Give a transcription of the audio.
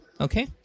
Okay